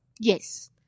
yes